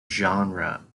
genre